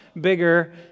bigger